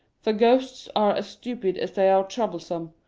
for ghosts are as stupid as they are trouble some,